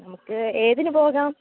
നമുക്ക് ഏതിനു പോകാം